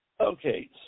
Okay